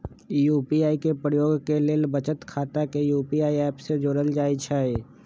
UPI के प्रयोग के लेल बचत खता के यू.पी.आई ऐप से जोड़ल जाइ छइ